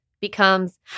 becomes